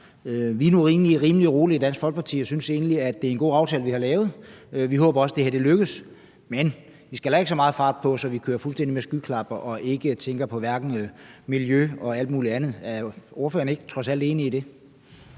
vi er nu rimelig rolige i Dansk Folkeparti, og vi synes egentlig, at det er god aftale, vi har lavet. Vi håber også, at det her lykkes, men vi skal heller ikke have så meget fart på, at vi fuldstændig kører med skyklapper på og hverken tænker på miljø eller andet. Er ordføreren trods alt ikke enig i det?